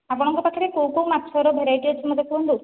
ଆପଣଙ୍କ ପାଖରେ କେଉଁ କେଉଁ ମାଛର ଭେରାଇଟି ଅଛି ମୋତେ କୁହନ୍ତୁ